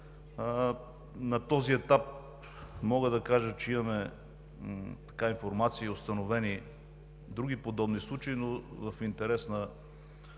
На този етап мога да кажа, че имаме информация и установени други подобни случаи, но в интерес на